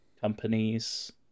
companies